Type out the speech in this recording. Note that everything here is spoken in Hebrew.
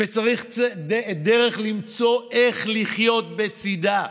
וצריך למצוא דרך איך לחיות בצידה.